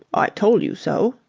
i told you so!